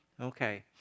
Okay